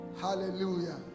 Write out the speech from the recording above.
Hallelujah